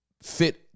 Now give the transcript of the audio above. fit